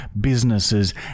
Businesses